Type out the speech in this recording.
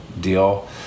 deal